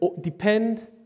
depend